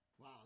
Wow